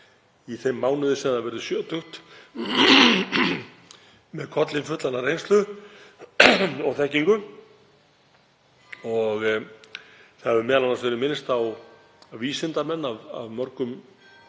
í þeim mánuði sem það verður sjötugt með kollinn fullan af reynslu og þekkingu. Það hefur m.a. verið minnst á vísindamenn af mörgum